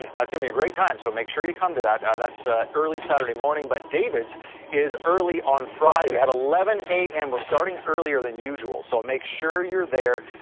it's gonna be a great time. so make sure you come to that. that's a early saturday morning, but david's is early on friday at eleven zero am. we're starting earlier than usual. so make sure you're there,